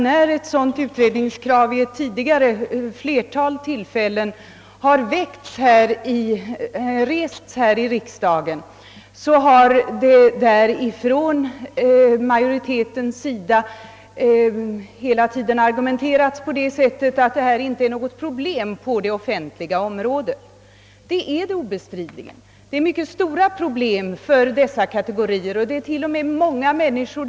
När ett utredningskrav av denna art tidigare vid ett flertal tillfällen rests i riksdagen har majoriteten alltid argumenterat så, att detta inte är något problem på det offentliga området. Det är det obestridligen. Problemet är mycket stort för dessa kategorier och gäller många människor.